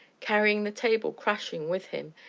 carrying the table crashing with him,